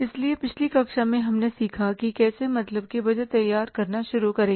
इसलिए पिछली कक्षा में हमने सीखा कि कैसे मतलब कि बजट तैयार करना शुरू करें